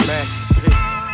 Masterpiece